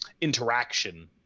interaction